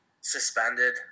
suspended